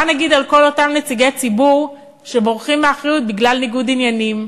מה נגיד על כל אותם נציגי ציבור שבורחים מאחריות בשל ניגוד עניינים?